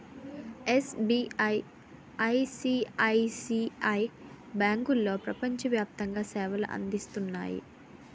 SBI, ICICI బ్యాంకులో ప్రపంచ వ్యాప్తంగా సేవలు అందిస్తున్నాయి